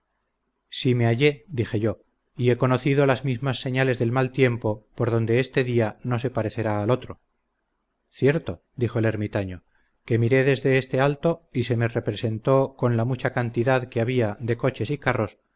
si me hallé dije yo y he conocido las mismas señales del mal tiempo por donde este día no se parecerá al otro cierto dijo el ermitaño que miré desde este alto y se me representó con la mucha cantidad que había de coches y carros